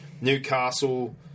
Newcastle